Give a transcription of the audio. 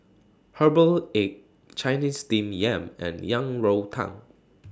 Herbal Egg Chinese Steamed Yam and Yang Rou Tang